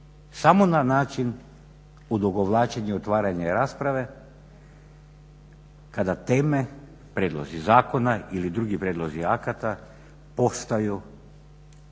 samo na način odugovlačenja otvaranja rasprave kada teme, prijedlozi zakona ili drugi prijedlozi akata postaju